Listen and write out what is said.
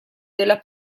della